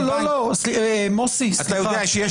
אתה יודע שיש